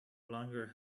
longer